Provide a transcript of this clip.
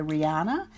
Rihanna